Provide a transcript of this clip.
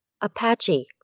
Apache